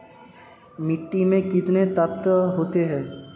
मिट्टी में कितने तत्व होते हैं?